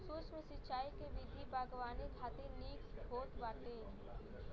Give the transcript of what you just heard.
सूक्ष्म सिंचाई के विधि बागवानी खातिर निक होत बाटे